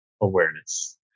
awareness